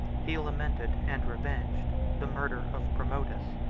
he lamented, and revenged, the murder of promotus,